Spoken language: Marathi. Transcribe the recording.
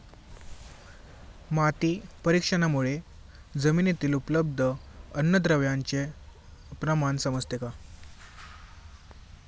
माती परीक्षणामुळे जमिनीतील उपलब्ध अन्नद्रव्यांचे प्रमाण समजते का?